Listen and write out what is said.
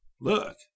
Look